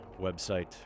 website